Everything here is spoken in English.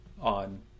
on